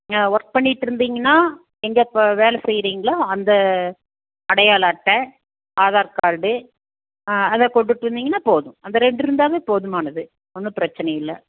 நீங்கள் ஒர்க் பண்ணிகிட்டு இருந்திங்கன்னா எங்கே இப்போ வேலை செய்றீங்களோ அந்த அடையாள அட்டை ஆதார் கார்டு அதை கொண்டுகிட்டு வந்திங்கன்னா போதும் அந்த ரெண்டு இருந்தாவே போதுமானது ஒன்றும் பிரச்சனை இல்லை